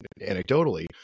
anecdotally